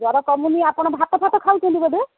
ଜ୍ୱର କମୁନି ଆପଣ ଭାତ ଫାତ ଖାଉଛନ୍ତି ବୋଧେ